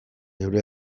geure